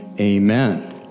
amen